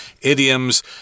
idioms